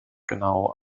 genau